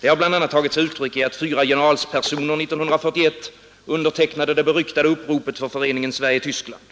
Det har bl.a. tagit sig uttryck i att fyra generalspersoner 1941 undertecknade det beryktade uppropet för föreningen Sverige-Tyskland.